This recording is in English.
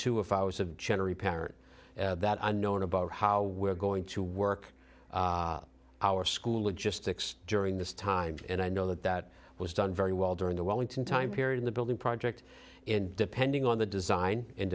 too if i was a general parent that unknown about how we're going to work our school logistics during this time and i know that that was done very well during the wellington time period in the building project in depending on the design and